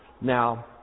Now